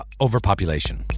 overpopulation